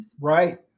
Right